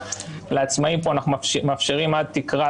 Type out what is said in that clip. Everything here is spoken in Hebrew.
לעצמאים פה אנחנו מאפשרים עד תקרה,